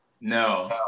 no